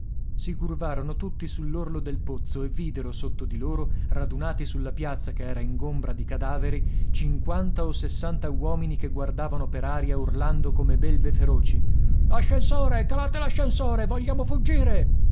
si curvarono tutti sull'orlo del pozzo e videro sotto di loro radunati sulla piazza che era ingombra di cadaveri cinquanta o sessanta uomini che guardavano per aria urlando come belve feroci l'ascensore calate l'ascensore vogliamo fuggire